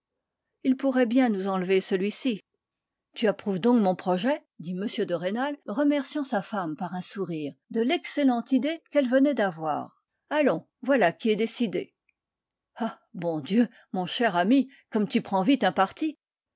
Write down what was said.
il pourrait bien nous enlever celui-ci tu approuves donc mon projet dit m de rênal remerciant sa femme par un sourire de l'excellente idée qu'elle venait d'avoir allons voilà qui est décidé ah bon dieu mon cher ami comme tu prends vite un parti